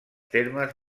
termes